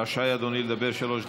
רשאי אדוני לדבר שלוש דקות.